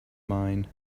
mine